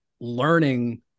learning